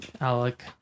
Alec